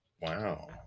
Wow